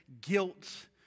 guilt